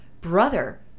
brother